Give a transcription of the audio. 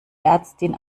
ärztin